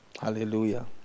Hallelujah